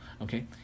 Okay